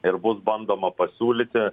ir bus bandoma pasiūlyti